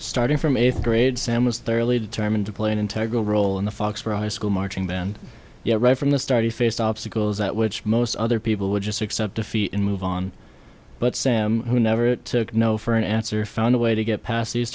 starting from eighth grade sam was thoroughly determined to plain integra role in the foxboro high school marching band yet right from the start he faced obstacles at which most other people would just accept defeat and move on but sam who never took no for an answer found a way to get past these